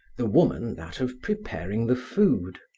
the woman that of preparing the food.